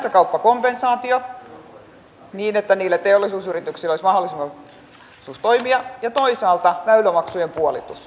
oma näkemykseni on että tällainen uudistus olisi syvästi eriarvoistava ja myöskin kotoutumista vaikeuttava